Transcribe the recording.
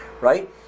right